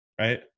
right